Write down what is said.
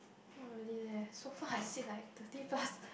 not really leh so far I see like thirty plus